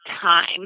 time